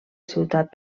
ciutat